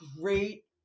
great